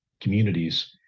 communities